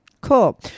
Cool